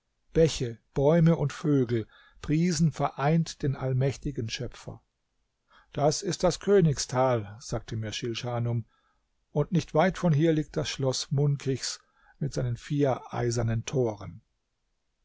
bäche bäume und vögel priesen vereint den allmächtigen schöpfer das ist das königstal sagte mir schilschanum und nicht weit von hier liegt das schloß munkichs mit seinen vier eisernen toren